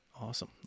Awesome